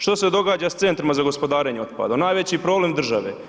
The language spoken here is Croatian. Što se događa s centrima za gospodarenje otpadom, najveći problem države?